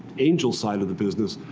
angel side of the business.